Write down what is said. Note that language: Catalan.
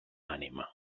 ànima